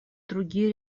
другие